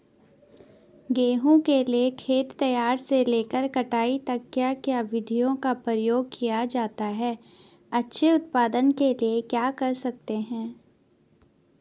गेहूँ के लिए खेत तैयार से लेकर कटाई तक क्या क्या विधियों का प्रयोग किया जाता है अच्छे उत्पादन के लिए क्या कर सकते हैं?